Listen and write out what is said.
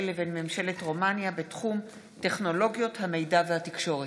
לבין ממשלת רומניה בתחום טכנולוגיות המידע והתקשורת.